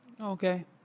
Okay